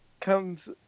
comes